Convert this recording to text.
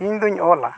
ᱤᱧᱫᱩᱧ ᱚᱞᱟ